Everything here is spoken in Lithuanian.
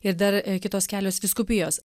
ir dar kitos kelios vyskupijos